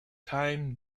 time